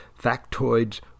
factoids